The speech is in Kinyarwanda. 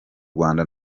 rwanda